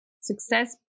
success